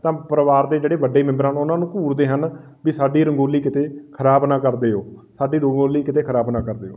ਤਾਂ ਪਰਿਵਾਰ ਦੇ ਜਿਹੜੇ ਵੱਡੇ ਮੈਂਬਰਾਂ ਨੂੰ ਉਹਨਾਂ ਨੂੰ ਘੂਰਦੇ ਹਨ ਵੀ ਸਾਡੀ ਰੰਗੋਲੀ ਕਿਤੇ ਖਰਾਬ ਨਾ ਕਰ ਦਿਓ ਸਾਡੀ ਰੰਗੋਲੀ ਕਿਤੇ ਖਰਾਬ ਨਾ ਕਰ ਦਿਓ